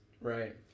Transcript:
Right